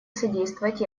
содействовать